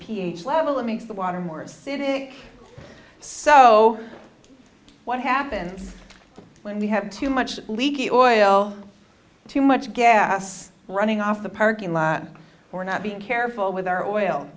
ph level it makes the water more acidic so what happens when we have too much leaky oil too much gas running off the parking lot we're not being careful with our oil